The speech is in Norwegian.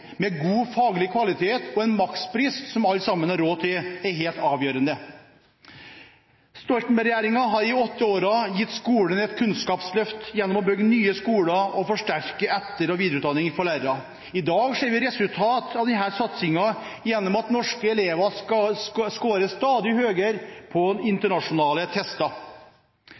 god faglig kvalitet og der det er en makspris som alle sammen har råd til, er helt avgjørende. Stoltenberg-regjeringen har i åtte år gitt skolen et kunnskapsløft gjennom å bygge nye skoler og forsterke etter- og videreutdanningen for lærerne. I dag ser vi resultater av denne satsingen gjennom at norske elever scorer stadig høyere på internasjonale tester. Vi får håpe at den